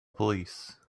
police